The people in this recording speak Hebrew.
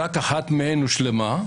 רק אחת מהן הושלמה,